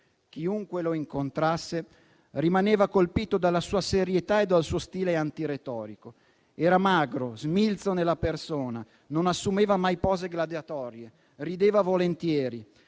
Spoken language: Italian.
Chiunque lo incontrasse rimaneva colpito dalla sua serietà e dal suo stile antiretorico. Era magro, smilzo nella persona; non assumeva mai pose gladiatorie. Rideva volentieri,